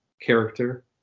character